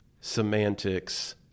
Semantics